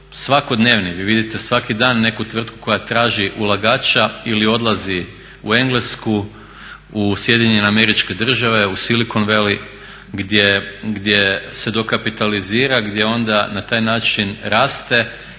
svakodnevni, vi vidite svaki dan neku tvrtku koja traži ulagača ili odlazi u Englesku, u SAD-u u silicon valley gdje se dokapitalizira gdje onda na taj način raste